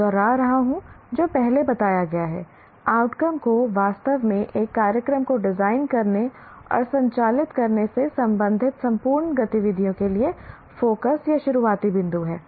मैं दोहरा रहा हूं जो पहले बताया गया है आउटकम को वास्तव में एक कार्यक्रम को डिजाइन करने और संचालित करने से संबंधित संपूर्ण गतिविधियों के लिए फोकस या शुरुआती बिंदु है